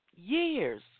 Years